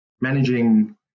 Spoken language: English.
managing